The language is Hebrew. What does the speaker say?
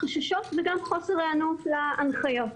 חששות וגם חוסר היענות להנחיות.